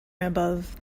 above